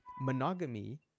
Monogamy